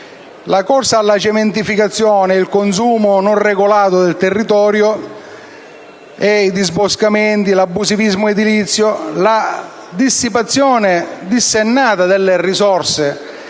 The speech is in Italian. La corsa alla cementificazione, il consumo non regolato del territorio, i disboscamenti, l'abusivismo edilizio, la dissipazione dissennata delle risorse,